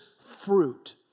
fruit